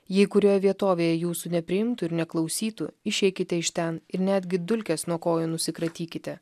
jei kurioje vietovėje jūsų nepriimtų ir neklausytų išeikite iš ten ir netgi dulkes nuo kojų nusikratykite